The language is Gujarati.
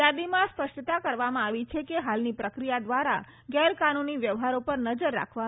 યાદીમાં સ્પષ્ટતા કરવામાં આવી છે કે હાલની પ્રક્રિયા દ્વારા ગેરકાનૂની વ્યવહારો પર નજર રાખવામાં આવે છે